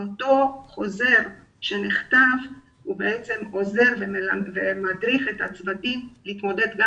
החוזר שנכתב למעשה עוזר ומדריך את הצוותים להתמודדגם